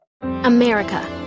America